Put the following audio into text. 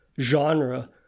genre –